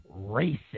racist